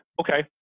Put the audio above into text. okay